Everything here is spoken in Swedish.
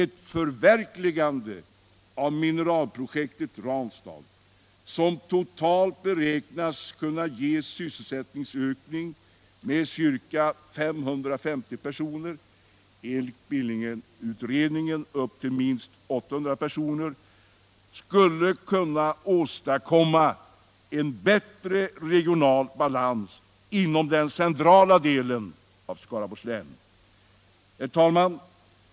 Ett förverkligande av mineralprojektet Ranstad, som totalt beräknas ge en sysselsättningsökning med ca 550 personer — enligt Billingenutredningen minst 800 personer — skulle åstadkomma en bättre regional balans inom den centrala delen av Skaraborgs län.